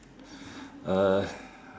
uh